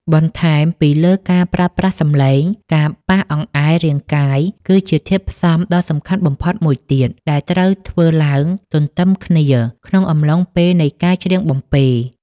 បន្ថែមពីលើការប្រើប្រាស់សំឡេង ការប៉ះអង្អែលរាងកាយគឺជាធាតុផ្សំដ៏សំខាន់បំផុតមួយទៀត ដែលត្រូវធ្វើឡើងទន្ទឹមគ្នាក្នុងកំឡុងពេលនៃការច្រៀងបំពេ។